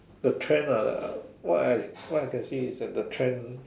the trend ah what I what I can see is that the trend